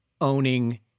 owning